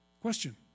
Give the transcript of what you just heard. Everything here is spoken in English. Question